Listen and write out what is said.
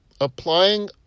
applying